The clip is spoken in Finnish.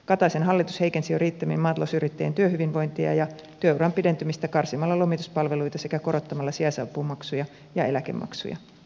kataisen hallitus heikensi jo riittämiin maatalousyrittäjien työhyvinvointia ja työuran pidentymistä karsimalla lomituspalveluita sekä korottamalla sijaisapumaksuja ja eläkemaksuja